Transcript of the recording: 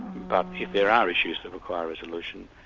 but if there are issues that require resolution,